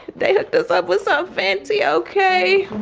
they hooked us up with some fancy, okay.